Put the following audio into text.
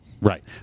Right